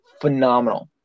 phenomenal